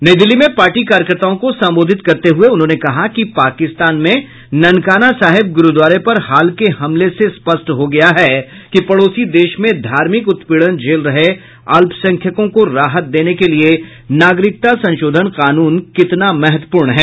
नई दिल्ली में पार्टी कार्यकर्ताओं को संबोधित करते हुये उन्होंने कहा कि पाकिस्तान में ननकाना साहिब गुरूद्वारे पर हाल के हमले से स्पष्ट हो गया है कि पड़ोसी देश में धार्मिक उत्पीड़न झेल रहे अल्पसंख्यकों को राहत देने के लिए नागरिकता संशोधन कानून कितना महत्वपूर्ण है